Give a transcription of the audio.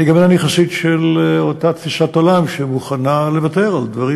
אני גם אינני חסיד של אותה תפיסת עולם שמוכנה לוותר על דברים